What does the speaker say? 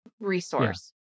resource